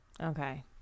Okay